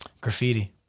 Graffiti